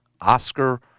Oscar